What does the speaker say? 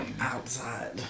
outside